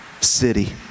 city